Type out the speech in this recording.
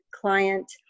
client